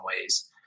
ways